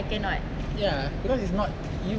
ya because is not you